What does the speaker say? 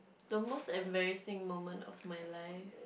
the most embarrassing moment of my life